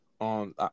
on